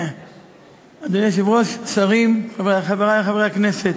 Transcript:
אדוני היושב-ראש, שרים, חברי חברי הכנסת,